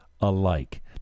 alike